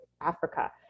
Africa